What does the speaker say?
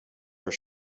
are